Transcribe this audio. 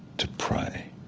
to pray,